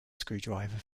screwdriver